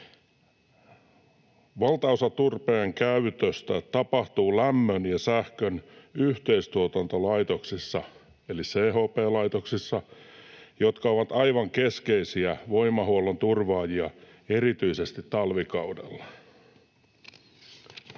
Valtaosa turpeen käytöstä tapahtuu lämmön ja sähkön yhteistuotantolaitoksissa eli CHP-laitoksissa, jotka ovat aivan keskeisiä voimahuollon turvaajia erityisesti talvikaudella.